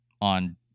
on